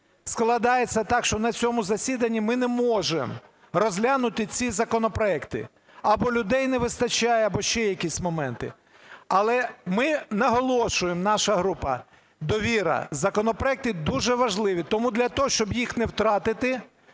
складається так, що на цьому засіданні ми не можемо розглянути ці законопроекти: або людей не вистачає, або ще якісь моменти. Але ми наголошуємо, наша група "Довіра", законопроекти дуже важливі. Тому для того, щоб їх не втратити,